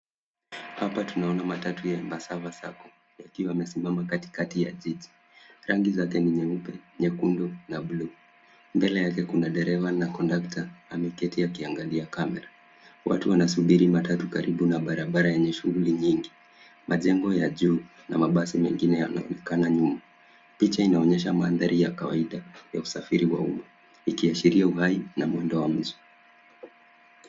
Hapa tunaona matatu ya Embassava Sacco yakiwa yamesimama katikati ya jiji. Rangi zake ni nyeupe, nyekundu na buluu. Mbele yake kuna kondakta ameketi akiangalia kamera. Watu wanasubiri matatu karibu na barabara yenye shughuli nyingi. Majengo ya juu na mabasi mengine yanaonekana nyuma. Picha inaonyesha mandhari ya kawaida ya usafiri wa umma ikiashiria uhai na mwendo wa mji.